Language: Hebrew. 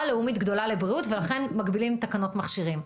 לאומית גדולה לבריאות ולכן מגבילים תקנות מכשירים.